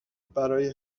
برای